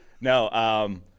no